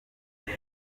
mibi